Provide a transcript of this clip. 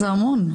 זה המון.